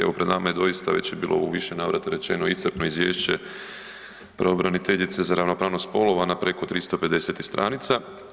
Evo pred nama je doista, već je bilo u više navrata rečeno iscrpno izvješće pravobraniteljice za ravnopravnost spolova na preko 350 stranica.